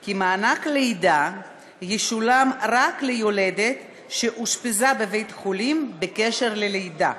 כי מענק לידה ישולם רק ליולדת שאושפזה בבית-חולים בקשר ללידה.